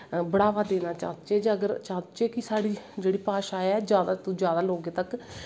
गी बड़ावा देना चाह्चे कि जेह्ड़ी बाशा ऐ जादा तों जादा लोगें तक